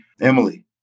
Emily